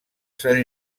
sant